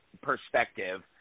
perspective